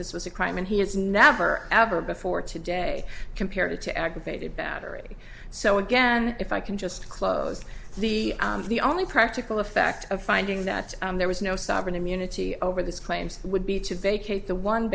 this was a crime and he has never ever before today compared it to aggravated battery so again if i can just close the the only practical effect of finding that there was no sovereign immunity over this claims would be to vacate the one